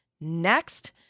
next